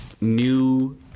new